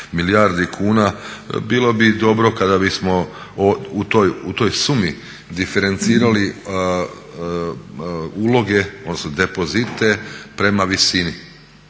milijarde kuna, bilo bi dobro kada bismo u toj sumi diferencirali uloge odnosno depozite prema visini